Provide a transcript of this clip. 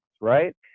right